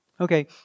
Okay